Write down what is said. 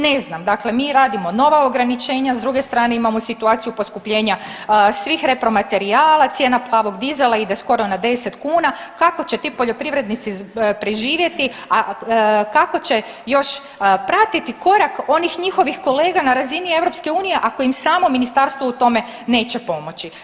Ne znam, dakle mi radimo nova ograničenja, s druge strane imamo situaciju poskupljenja svih repromaterijala, cijena plavog dizela ide skoro na 10 kuna, kako će ti poljoprivrednici preživjeti, a kako će još pratiti korak onih njihovih kolega na razini EU ako im samo ministarstvo u tome neće pomoći.